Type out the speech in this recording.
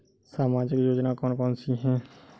सामाजिक योजना कौन कौन सी हैं?